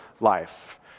life